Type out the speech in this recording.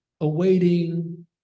awaiting